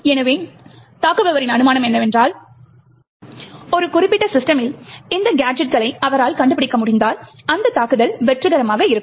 எனவே தாக்குபவரின் அனுமானம் என்னவென்றால் ஒரு குறிப்பிட்ட சிஸ்டமில் இந்த கேஜெட் களை அவரால் கண்டுபிடிக்க முடிந்தால் அந்த தாக்குதல் வெற்றிகரமாக இருக்கும்